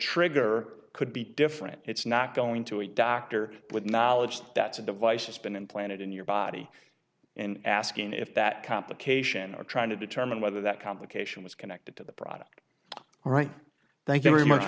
trigger could be different it's not going to a doctor with knowledge that's a device has been implanted in your body and asking if that complication or trying to determine whether that complication was connected to the product all right thank you very much